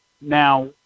Now